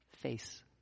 Face